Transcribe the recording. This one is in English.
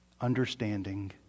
understanding